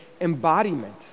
embodiment